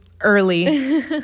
early